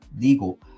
legal